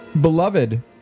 beloved